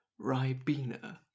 Ribena